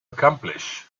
accomplish